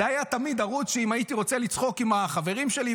היה תמיד ערוץ שאם הייתי רוצה לצחוק עם החברים שלי,